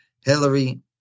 Hillary